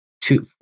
two